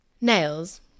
Nails